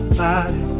body